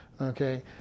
Okay